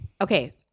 okay